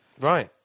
Right